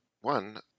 one